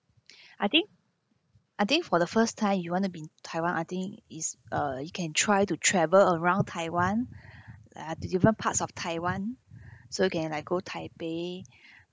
I think I think for the first time you want to be in taiwan I think is uh you can try to travel around taiwan ah diff~ different parts of taiwan so you can like go taipei